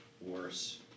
worse